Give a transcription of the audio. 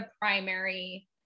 primary